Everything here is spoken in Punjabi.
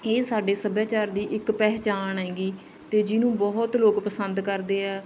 ਇਹ ਸਾਡੇ ਸੱਭਿਆਚਾਰ ਦੀ ਇੱਕ ਪਹਿਚਾਣ ਹੈਗੀ ਅਤੇ ਜਿਹਨੂੰ ਬਹੁਤ ਲੋਕ ਪਸੰਦ ਕਰਦੇ ਆ